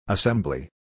Assembly